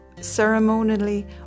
ceremonially